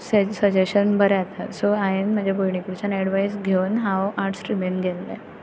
suggestion बरें येता सो हांवें म्हज्या भयणी कडल्यान एडवायस घेवून हांव आर्ट्स स्ट्रिमींत गेल्लें